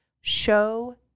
Show